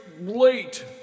late